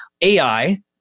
AI